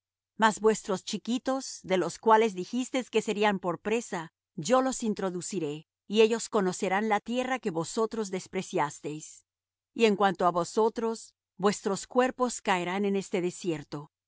mas vuestros chiquitos de los cuales dijisteis que serían por presa yo los introduciré y ellos conocerán la tierra que vosotros despreciasteis y en cuanto á vosotros vuestros cuerpos caerán en este desierto